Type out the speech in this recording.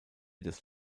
des